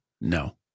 No